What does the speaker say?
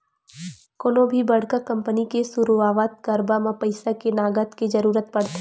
कोनो भी बड़का कंपनी के सुरुवात करब म पइसा के नँगत के जरुरत पड़थे